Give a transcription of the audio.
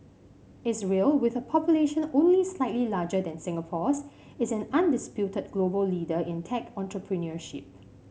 Israel with a population only slightly larger than Singapore's is an undisputed global leader in tech entrepreneurship